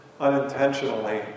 unintentionally